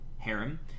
harem